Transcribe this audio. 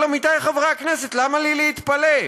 אבל עמיתיי חברי הכנסת, למה לי להתפלא?